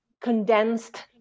condensed